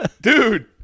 Dude